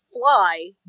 fly